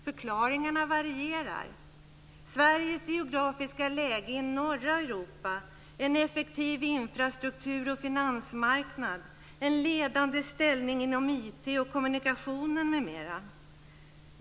Förklaringarna varierar: Sveriges geografiska läge i norra Europa, en effektiv infrastruktur och finansmarknad, en ledande ställning inom IT och kommunikationer m.m.